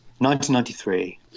1993